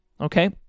okay